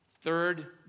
Third